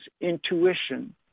intuition